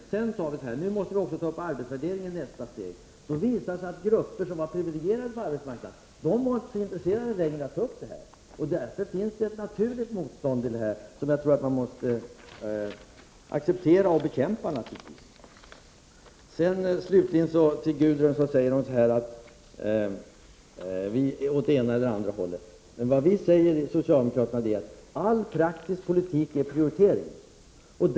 Därpå sade vi att vi i nästa steg måste ta upp frågan om arbetsvärdering. Det visade sig då att privilegierade grupper på arbetsmarknaden inte var intresserade. Det finns således ett naturligt motstånd mot arbetsvärderingar som vi måste bekämpa. Till Gudrun Schyman vill jag slutligen säga att i all praktisk politik måste man göra prioriteringar.